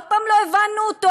עוד הפעם לא הבנו אותו?